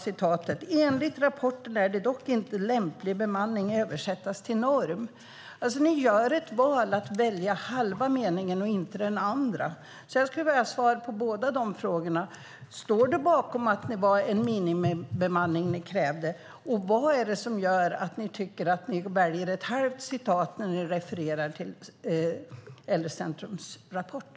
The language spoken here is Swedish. Enligt rapporten kan dock lämplig bemanning inte översättas till norm. Ni väljer den ena meningen men inte den andra. Jag skulle vilja ha svar på dessa frågor: Står du bakom att det var en minimibemanning ni krävde? Vad är det som gör att ni väljer ett halvt citat när ni refererar till Äldrecentrums rapport?